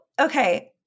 okay